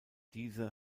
diese